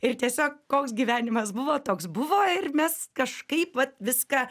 ir tiesiog koks gyvenimas buvo toks buvo ir mes kažkaip vat viską